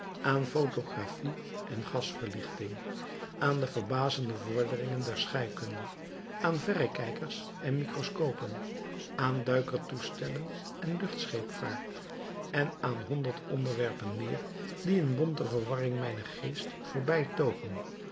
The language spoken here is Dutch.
photographie en gasverlichting aan de verbazende vorderingen der scheikunde aan verrekijkers en mikroskopen aan duikertoestellen en luchtscheepvaart en aan honderd onderwerpen meer die in bonte verwarring mijnen geest